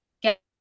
get